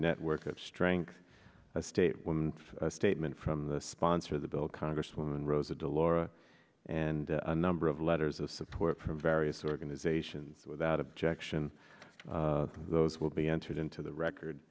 network of strength a state of a statement from the sponsor of the bill congresswoman rosa de lauro and a number of letters of support from various organizations without objection those will be entered into the record